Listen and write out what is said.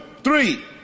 Three